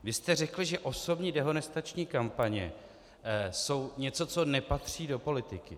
Vy jste řekl, že osobní dehonestační kampaně jsou něco, co nepatří do politiky.